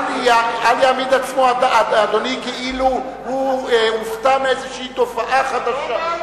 אל יעמיד עצמו אדוני כאילו הוא מופתע מאיזו תופעה חדשה.